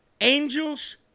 angels